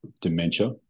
dementia